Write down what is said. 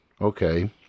Okay